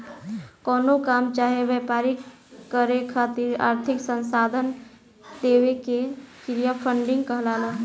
कवनो काम चाहे व्यापार करे खातिर आर्थिक संसाधन देवे के क्रिया फंडिंग कहलाला